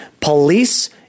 police